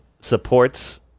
supports